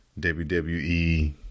WWE